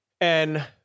And-